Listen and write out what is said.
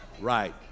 Right